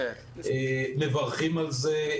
אנחנו מברכים על זה.